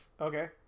Okay